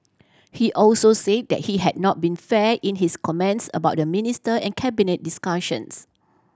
he also say that he had not been fair in his comments about the minister and Cabinet discussions